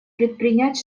предпринять